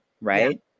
right